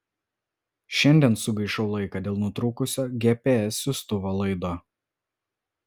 šiandien sugaišau laiką dėl nutrūkusio gps siųstuvo laido